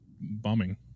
bombing